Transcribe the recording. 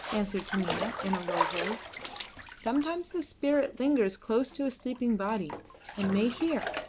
answered taminah in a low voice sometimes the spirit lingers close to a sleeping body and may hear.